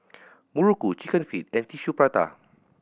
muruku Chicken Feet and Tissue Prata